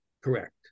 correct